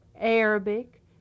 Arabic